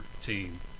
team